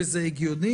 זה הגיוני.